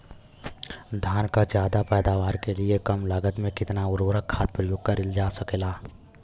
धान क ज्यादा पैदावार के लिए कम लागत में कितना उर्वरक खाद प्रयोग करल जा सकेला?